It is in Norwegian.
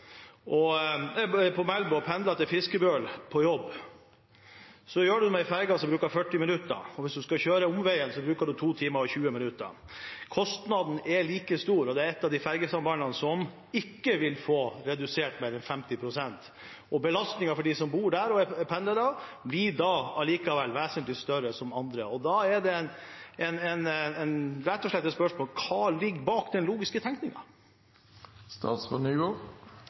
på jobb, gjør man det med en ferje som bruker 40 minutter, og hvis man skal kjøre omveien, bruker man 2 timer og 20 minutter. Kostnaden er like stor, og det er et av de ferjesambandene som ikke vil få reduksjon på 50 pst., og belastningen for dem som bor der og er pendlere, blir da allikevel vesentlig større enn for andre. Da er rett og slett spørsmålet: Hva ligger bak den logiske